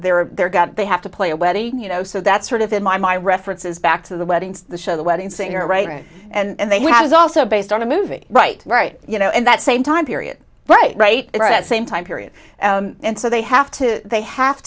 are they're got they have to play a wedding you know so that's sort of in my my references back to the wedding to the show the wedding singer right and they have is also based on a movie right right you know in that same time period right right right at same time period and so they have to they have